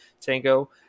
Tango